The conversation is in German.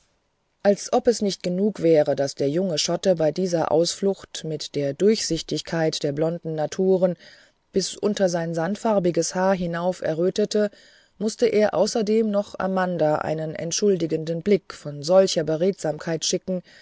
als ob es nicht genug wäre daß der junge schotte bei dieser ausflucht mit der durchsichtigkeit der blonden naturen bis unter sein sandfarbiges haar hinauf errötete mußte er außerdem noch amanda einen entschuldigenden blick von solcher beredsamkeit schicken